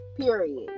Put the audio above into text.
period